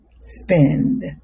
spend